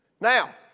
Now